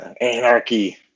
anarchy